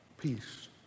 Peace